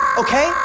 okay